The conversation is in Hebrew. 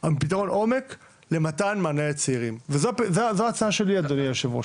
פתרון עומק למתן מענה לצעירים וזו ההצעה שלי אדוני היושב ראש,